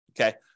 okay